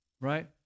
Right